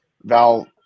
Val